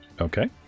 Okay